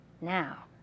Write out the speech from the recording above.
Now